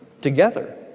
together